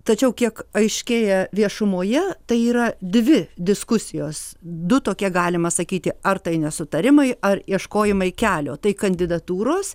tačiau kiek aiškėja viešumoje tai yra dvi diskusijos du tokie galima sakyti ar tai nesutarimai ar ieškojimai kelio tai kandidatūros